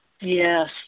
Yes